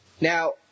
now